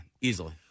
easily